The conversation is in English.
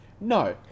No